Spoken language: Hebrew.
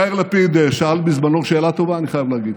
יאיר לפיד שאל בזמנו שאלה טובה, אני חייב להגיד.